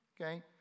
Okay